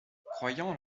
croyant